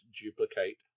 duplicate